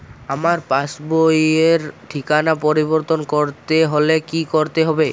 আমার পাসবই র ঠিকানা পরিবর্তন করতে হলে কী করতে হবে?